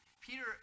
Peter